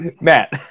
Matt